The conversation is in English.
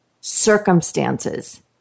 circumstances